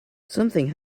something